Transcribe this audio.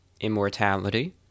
immortality